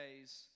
days